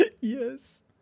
Yes